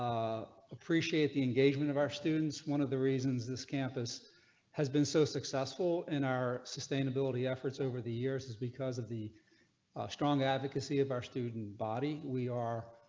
appreciate the engagement of our students one of the reasons this campus has been so successful in our sustainability efforts over the years is because of the strong advocacy of our student body we are.